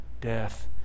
death